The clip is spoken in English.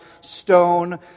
stone